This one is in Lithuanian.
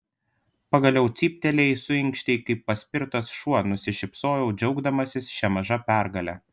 pagaliau cyptelėjai suunkštei kaip paspirtas šuo nusišypsojau džiaugdamasis šia maža pergale